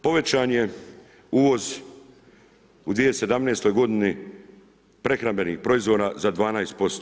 Povećan je uvoz u 2017. godini prehrambenih proizvoda za 12%